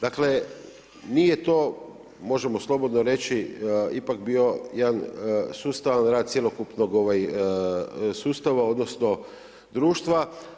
Dakle, nije to možemo slobodno reći ipak bio jedan sustavan rad cjelokupnog sustava, odnosno društva.